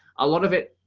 a lot of it.